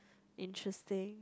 interesting